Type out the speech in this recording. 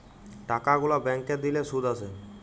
টাকা গুলা ব্যাংকে দিলে শুধ আসে